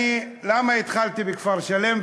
למה התחלתי בכפר-שלם,